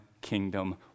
kingdom